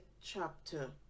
chapter